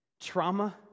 trauma